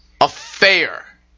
affair